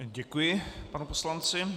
Děkuji panu poslanci.